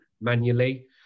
manually